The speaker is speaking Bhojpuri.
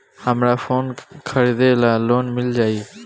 हमरा फोन खरीदे ला लोन मिल जायी?